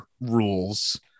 rules